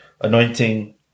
anointing